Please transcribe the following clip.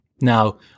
Now